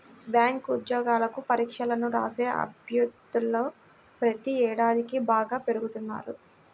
bank ఉద్యోగాలకు పరీక్షలను రాసే అభ్యర్థులు ప్రతి ఏడాదికీ బాగా పెరిగిపోతున్నారు